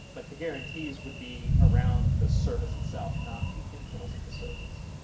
but the guarantees would be around the service itself not the internals of the service.